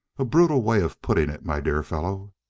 a brutal way of putting it, my dear fellow.